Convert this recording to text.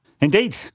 Indeed